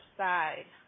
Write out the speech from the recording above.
side